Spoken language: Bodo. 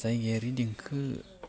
जायगायारि देंखो